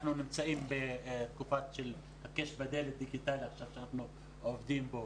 אנחנו נמצאים בתקופה של 'הקש בדלת' דיגיטלית שאנחנו עובדים בו,